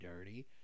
dirty